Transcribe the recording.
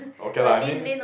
okay lah I mean